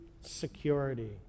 security